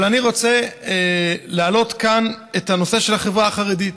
אבל אני רוצה להעלות כאן את הנושא של החברה החרדית.